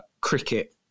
cricket